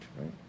right